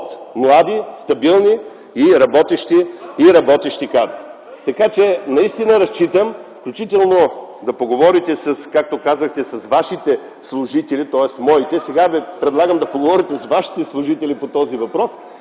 от млади, стабилни и работещи кадри? Така че, наистина разчитам включително да поговорите, както казахте, с вашите служители, тоест моите. Сега Ви предлагам да разговаряте с вашите служители по този въпрос